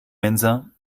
mensa